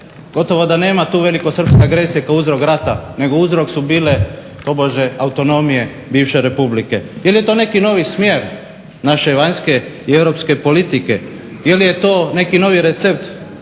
gotovo da nema tu velikosrpske agresije kao uzrok rata, nego uzrok su bile tobože autonomije bivše republike. Jer je to neki novi smjer naše vanjske i europske politike, jel je to neki novi recept